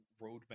roadmap